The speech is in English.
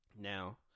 Now